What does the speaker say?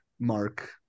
Mark